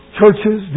churches